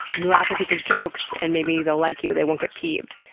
you laugh at people's jokes and maybe they'll like you, they won't get peeved,